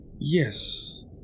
Yes